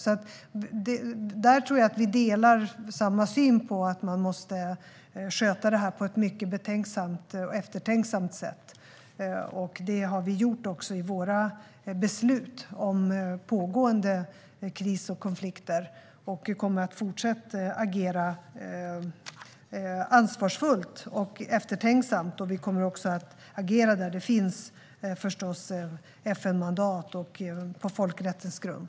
Jag tror att jag och Stig Henriksson delar synen på att detta måste skötas på ett eftertänksamt sätt. Det har vi också gjort i våra beslut om pågående insatser vid kriser och konflikter. Vi kommer att fortsätta agera ansvarsfullt och eftertänksamt. Vi kommer förstås också att agera där det finns FN-mandat och folkrättslig grund.